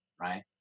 right